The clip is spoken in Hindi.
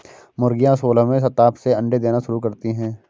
मुर्गियां सोलहवें सप्ताह से अंडे देना शुरू करती है